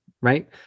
right